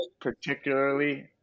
particularly